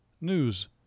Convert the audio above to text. news